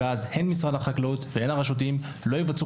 ואז הן משרד החקלאות הן הרשותיים לא יבצעו